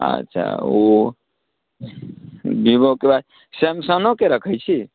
अच्छा ओ भिभोके बाद सैमसंगके रखैत छी